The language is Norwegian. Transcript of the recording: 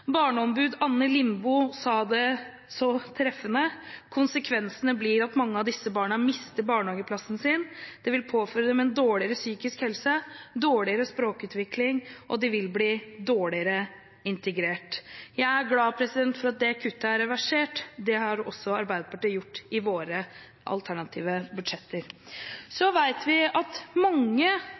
Barneombud Anne Lindboe sa det så treffende: «Konsekvensene blir at mange av disse barna mister barnehageplassen sin. Det vil påføre dem en dårligere psykisk helse, dårligere språkutvikling og de vil bli dårligere integrert.» Jeg er glad for at det kuttet er reversert. Det har også vi i Arbeiderpartiet gjort i våre alternative budsjetter. Så vet vi at mange